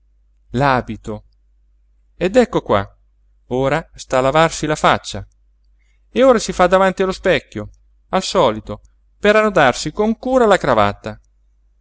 l'abito ed ecco qua ora sta a lavarsi la faccia e ora si fa davanti allo specchio al solito per annodarsi con cura la cravatta